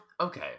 okay